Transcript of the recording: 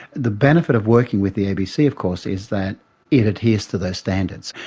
the benefit of working with the abc of course is that it adheres to those standards.